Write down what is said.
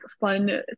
fun